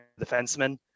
defenseman